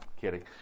kidding